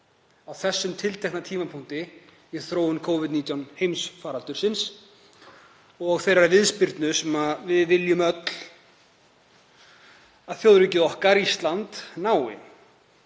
á þessum tímapunkti í þróun Covid-19 heimsfaraldursins og þeirrar viðspyrnu sem við viljum öll að þjóðríkið okkar, Ísland, nái.